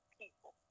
people